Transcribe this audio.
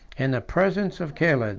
in the presence of caled,